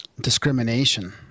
discrimination